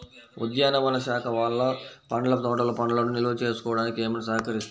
ఉద్యానవన శాఖ వాళ్ళు పండ్ల తోటలు పండ్లను నిల్వ చేసుకోవడానికి ఏమైనా సహకరిస్తారా?